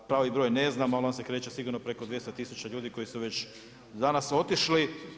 Pravi broj ne znamo, ali on se kreće sigurno preko 200 tisuća ljudi koji su već danas otišli.